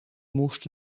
moest